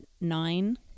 nine